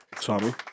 Tommy